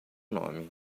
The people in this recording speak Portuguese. nome